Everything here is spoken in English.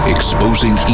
Exposing